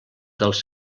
dels